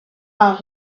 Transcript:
out